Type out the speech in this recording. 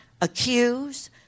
accuse